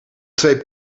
twee